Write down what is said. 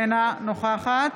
אינה נוכחת